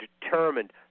determined